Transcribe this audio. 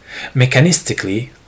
Mechanistically